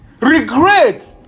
Regret